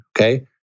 okay